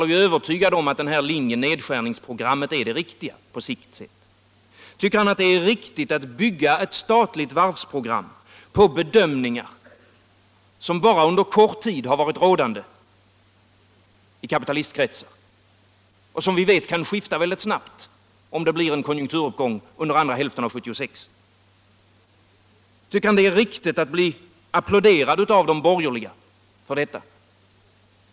Den avgörande fråga som jag vill ställa till honom är denna: Tycker herr Svanberg att det är riktigt att bygga ett statligt varvsprogram på bedömningar som bara under kort tid har varit rådande i kapitalistkretsar och som vi vet kan skifta väldigt snabbt, om det blir en konjunkturuppgång under andra hälften av 1976? Och tycker herr Svanberg att det är riktigt att bli applåderad av de borgerliga för detta?